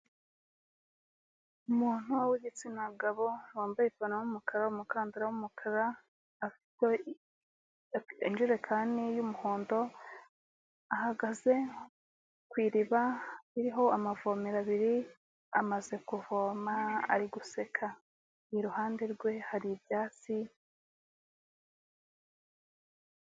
Umuntu w'igitsina gabo, wambaye ipantaro y'umukara, umukandara w'umukara afite injerekani y'umuhondo ahagaze ku iriba ririho amavomero abiri amaze kuvoma ari guseka, iruhande rwe hari ibyatsi.